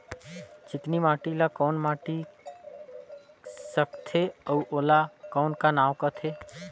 चिकनी माटी ला कौन माटी सकथे अउ ओला कौन का नाव काथे?